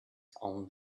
own